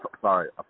sorry